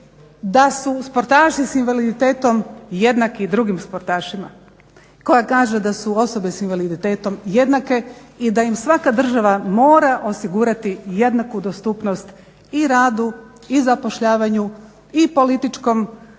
da su sportaši s invaliditetom jednaki drugim sportašima, koja kaže da su osobe s invaliditetom jednake i da im svaka država mora osigurati jednaku dostupnost i radu i zapošljavanju i političkom životu